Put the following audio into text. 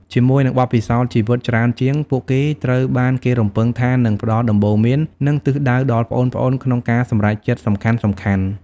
ជាមួយនឹងបទពិសោធន៍ជីវិតច្រើនជាង ពួកគេត្រូវបានគេរំពឹងថានឹង ផ្ដល់ដំបូន្មាន និងទិសដៅ ដល់ប្អូនៗក្នុងការសម្រេចចិត្តសំខាន់ៗ។